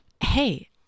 Hey